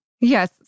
Yes